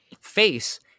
Face